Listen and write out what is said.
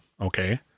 Okay